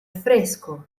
fresco